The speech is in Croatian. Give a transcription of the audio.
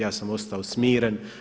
Ja sam ostao smiren.